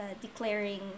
declaring